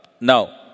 now